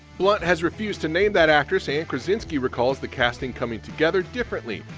blunt has refused to name that actress and krasinski recalls the casting coming together differently.